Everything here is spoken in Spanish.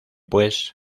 pues